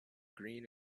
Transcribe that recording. green